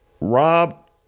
rob